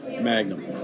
Magnum